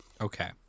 Okay